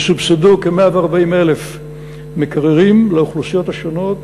יסובסדו כ-140,000 מקררים לאוכלוסיות השונות,